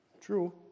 True